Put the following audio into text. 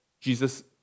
Jesus